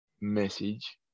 message